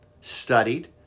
studied